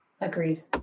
agreed